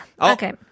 Okay